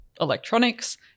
electronics